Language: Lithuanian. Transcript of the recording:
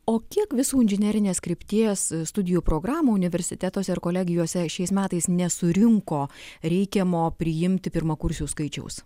o kiek visų inžinerinės krypties studijų programų universitetuose ir kolegijose šiais metais nesurinko reikiamo priimti pirmakursių skaičiaus